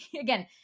Again